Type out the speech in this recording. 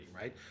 right